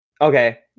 Okay